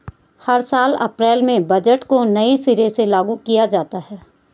हर साल अप्रैल में बजट को नये सिरे से लागू किया जाता है